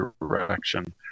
direction